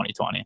2020